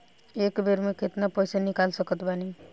एक बेर मे केतना पैसा निकाल सकत बानी?